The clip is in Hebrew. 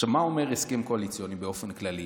מה אומר הסכם קואליציוני באופן כללי?